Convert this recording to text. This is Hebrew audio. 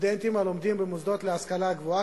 סטודנטים הלומדים במוסדות להשכלה גבוהה.